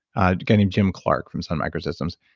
a guy named jim clark from sun microsystems,